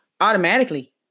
automatically